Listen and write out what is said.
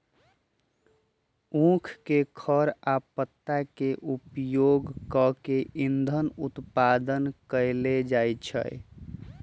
उख के खर आ पत्ता के उपयोग कऽ के इन्धन उत्पादन कएल जाइ छै